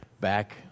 back